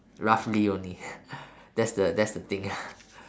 roughly only that's the that's the thing